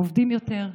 הם עובדים יותר,